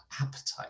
appetite